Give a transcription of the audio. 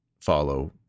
follow